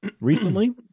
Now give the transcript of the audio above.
Recently